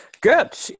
Good